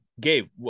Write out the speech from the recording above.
Gabe